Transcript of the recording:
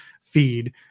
feed